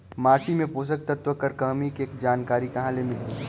माटी मे पोषक तत्व कर कमी के जानकारी कहां ले मिलही?